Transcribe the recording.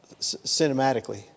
cinematically